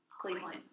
Cleveland